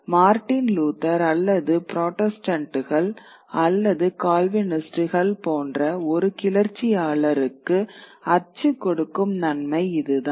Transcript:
Martin Luther அல்லது புராட்டஸ்டன்ட்டுகள் அல்லது கால்வினிஸ்டுகள் போன்ற ஒரு கிளர்ச்சியாளருக்கு அச்சு கொடுக்கும் நன்மை இதுதான்